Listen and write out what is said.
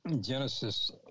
Genesis